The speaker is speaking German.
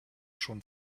schon